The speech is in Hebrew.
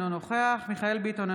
אינו נוכח מיכאל מרדכי ביטון,